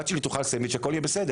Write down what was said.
הבת שלי תאכל סנדוויץ' והכול יהיה בסדר.